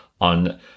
on